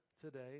today